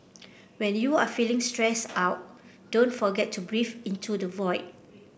when you are feeling stressed out don't forget to breathe into the void